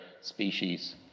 species